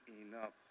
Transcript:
enough